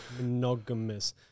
monogamous